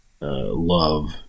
love